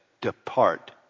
depart